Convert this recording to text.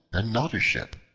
and not a ship.